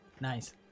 Nice